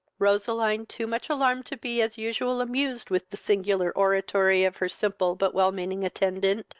roseline, too much alarmed to be as usual amused with the singular oratory of her simple but well-meaning attendant,